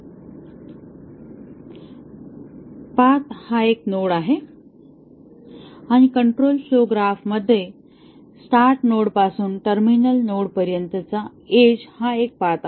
path हा एक node आहे आणि कंट्रोल फ्लोव ग्राफ मध्ये स्टार्ट नोडपासून टर्मिनल नोडपर्यंतचा एज हा एक पाथ आहे